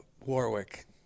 Warwick